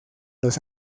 los